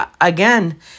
again